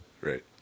Right